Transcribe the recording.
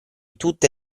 tutte